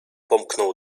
pomknął